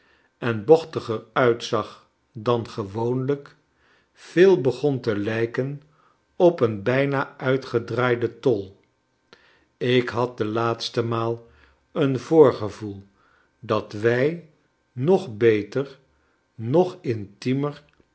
en bochtiger uitzag dan gewoonlijk veel begon te lijken op een bijna uitgedraaiden tol ik had de laatste maal een voorgevoel dat wij nog beter nog intiemer